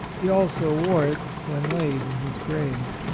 he also wore it when laid in his grave.